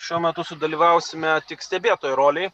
šiuo metu sudalyvausime tik stebėtojo rolėj